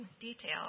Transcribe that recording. detail